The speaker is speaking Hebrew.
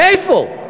מאיפה?